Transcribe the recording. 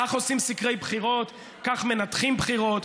ככה עושים סקרי בחירות, כך מנתחים בחירות.